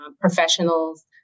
professionals